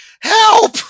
Help